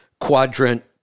quadrant